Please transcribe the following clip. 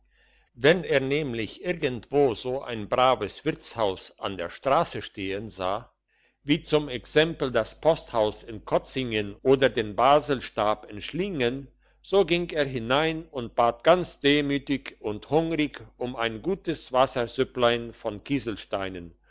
wenn er nämlich irgendwo so ein braves wirtshaus an der strasse stehen sah wie zum exempel das posthaus in krotzingen oder den baselstab in schliengen so ging er hinein und bat ganz demütig und hungrig um ein gutes wassersüpplein von kieselsteinen